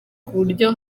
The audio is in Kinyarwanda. kuburyo